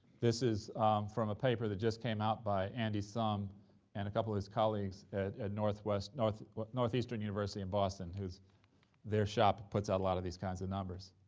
this is from a paper that just came out by andy sung and a couple of his colleagues at northwest northwest northeastern university in boston. his their shop puts out a lot of these kinds of numbers,